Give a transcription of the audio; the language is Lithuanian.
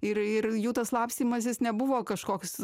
ir ir jų tas slapstymasis nebuvo kažkoks